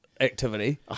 activity